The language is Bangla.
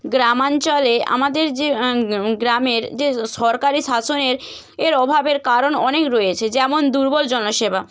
গ্রামাঞ্চলে আমাদের যে গ্রামের যে সরকারি শাসনের এর অভাবের কারণ অনেক রয়েছে যেমন দুর্বল জনসেবা